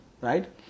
Right